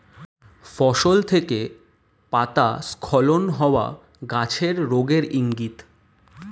ফসল থেকে পাতা স্খলন হওয়া গাছের রোগের ইংগিত